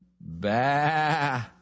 Bah